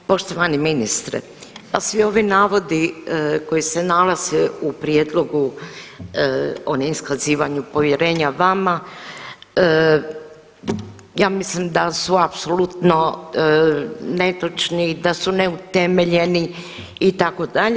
Poštovani ministre, pa svi ovi navodi koji se nalaze u prijedlogu o ne iskazivanju povjerenja vama ja mislim da su apsolutno netočni, da su neutemeljeni itd.